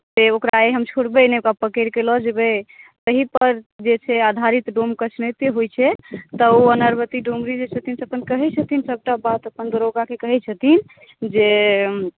से ओकरा आइ हम छोड़बै नहि ओकरा पकड़ि कऽ लऽ जेबै ओहीपर जे छै आधारित डोमकछमे एतेक होइ छै तऽ ओ अनारवती डोमरी जे छथिन से अपन कहैत छथिन सभटा बात अपन दरोगाके कहैत छथिन जे